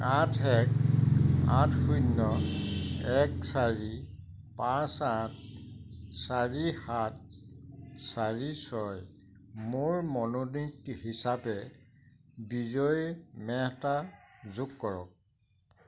আঠ এক আঠ শূন্য এক চাৰি পাঁচ আঠ চাৰি সাত চাৰি ছয় মোৰ মনোনীত হিচাপে বিজয় মেহতা যোগ কৰক